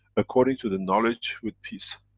according to the knowledge with peace.